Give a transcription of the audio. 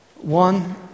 one